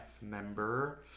member